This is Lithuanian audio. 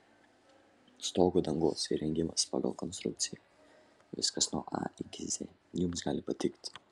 stogo dangos įrengimas pagal konstrukciją viskas nuo a iki z jums gali patikti